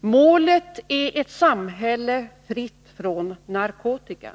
Målet är ett samhälle fritt från narkotika.